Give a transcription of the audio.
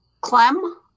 Clem